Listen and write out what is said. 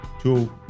two